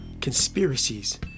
conspiracies